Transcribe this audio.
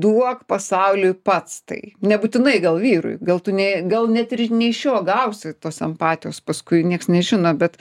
duok pasauliui pats tai nebūtinai gal vyrui gal tu ne gal net ir ne iš jo gausi tos empatijos paskui nieks nežino bet